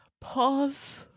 pause